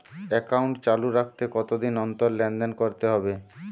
Account চালু রাখতে কতদিন অন্তর লেনদেন করতে হবে?